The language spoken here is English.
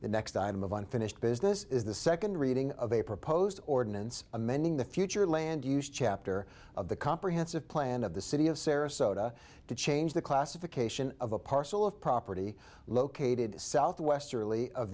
the next item of unfinished business is the second reading of a proposed ordinance amending the future land use chapter of the comprehensive plan of the city of sarasota to change the classification of a parcel of property located south westerly of